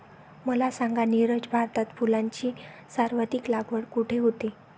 मला सांगा नीरज, भारतात फुलांची सर्वाधिक लागवड कुठे होते?